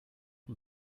und